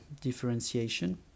differentiation